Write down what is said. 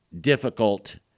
difficult